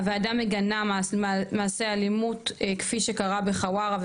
הוועדה מגנה מעשה אלימות כפי שקרה בחווארה,